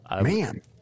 man